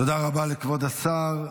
תודה רבה לכבוד השר.